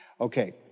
okay